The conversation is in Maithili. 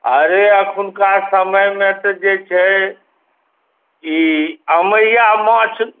अरे अखुनका समयमे तऽ जे ई छै अमैया माछ